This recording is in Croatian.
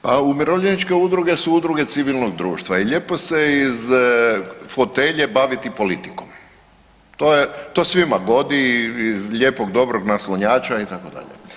Pa umirovljeničke udruge su udruge civilnog društva i lijepo se iz fotelje baviti politikom, to svima godi iz lijepog, dobrog naslonjača itd.